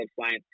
science